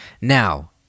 now